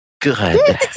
Good